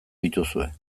dituzue